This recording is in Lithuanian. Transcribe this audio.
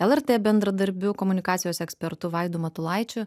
lrt bendradarbiu komunikacijos ekspertu vaidu matulaičiu